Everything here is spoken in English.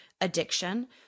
addiction